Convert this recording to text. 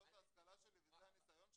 זאת ההשכלה שלי וזה הניסיון שלי.